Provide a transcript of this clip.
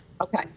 Okay